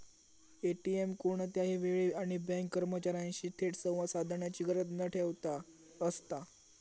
ATM कोणत्याही वेळी आणि बँक कर्मचार्यांशी थेट संवाद साधण्याची गरज न ठेवता असता